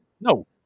No